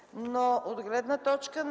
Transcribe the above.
и от гледна точка на